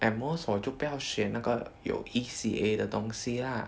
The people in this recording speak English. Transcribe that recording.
at most 我就不要选那个有 E_C_A 的东西 lah